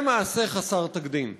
זה מעשה חסר תקדים,